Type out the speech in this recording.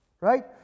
right